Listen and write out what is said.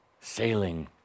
sailing